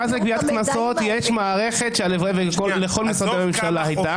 למרכז לגביית קנסות יש מערכת שהלוואי ולכל משרדי הממשלה הייתה.